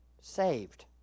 saved